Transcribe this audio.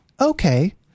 Okay